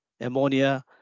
ammonia